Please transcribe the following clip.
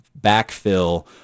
backfill